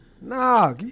Nah